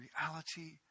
reality